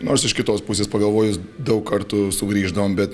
nors iš kitos pusės pagalvojus daug kartų sugrįždavom bet